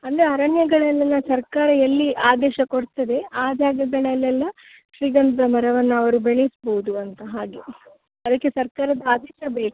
ಅಂದರೆ ಅರಣ್ಯಗಳಲ್ಲೆಲ್ಲ ಸರ್ಕಾರ ಎಲ್ಲಿ ಆದೇಶ ಕೊಡ್ತದೆ ಆ ಜಾಗಗಳಲ್ಲೆಲ್ಲ ಶ್ರೀಗಂಧದ ಮರವನ್ನು ಅವರು ಬೆಳೆಸ್ಬೋದು ಅಂತ ಹಾಗೆ ಅದಕ್ಕೆ ಸರ್ಕಾರದ ಆದೇಶ ಬೇಕು